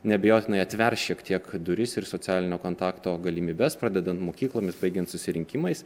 neabejotinai atvers šiek tiek duris ir socialinio kontakto galimybes pradedant mokyklomis baigiant susirinkimais